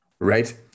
right